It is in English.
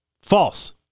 False